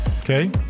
Okay